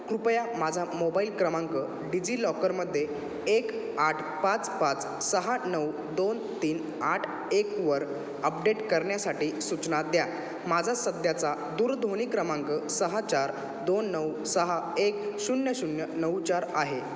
कृपया माझा मोबाईल क्रमांक डिजिलॉकरमध्ये एक आठ पाच पाच सहा नऊ दोन तीन आठ एकवर अपडेट करण्यासाठी सूचना द्या माझा सध्याचा दूरध्वनी क्रमांक सहा चार दोन नऊ सहा एक शून्य शून्य नऊ चार आहे